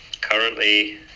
currently